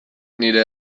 nire